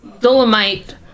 Dolomite